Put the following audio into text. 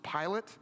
Pilate